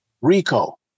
Rico